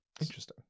Interesting